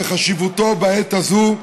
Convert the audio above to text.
וחשיבותו בעת הזאת,